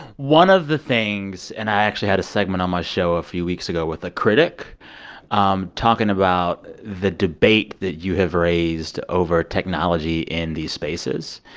one of the things and i actually had a segment on my show a few weeks ago with a critic um talking about the debate that you have raised over technology in these spaces.